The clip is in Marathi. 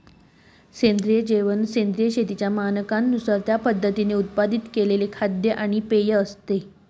सेंद्रिय जेवण सेंद्रिय शेतीच्या मानकांनुसार त्या पद्धतीने उत्पादित केलेले खाद्य आणि पेय असते